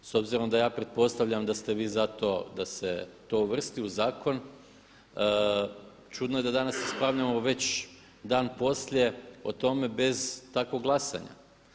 S obzirom da ja pretpostavljam da ste vi zato da se to uvrsti u zakon čudno je da danas raspravljamo već dan poslije o tome bez takvog glasanja.